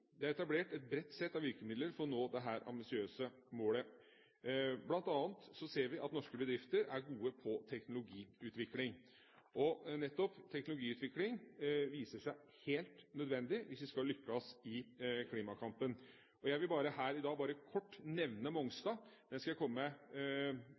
Det er etablert et bredt sett av virkemidler for å nå dette ambisiøse målet. Blant annet ser vi at norske bedrifter er gode på teknologiutvikling. Nettopp teknologiutvikling viser seg helt nødvendig hvis vi skal lykkes i klimakampen. Jeg vil her i dag bare kort nevne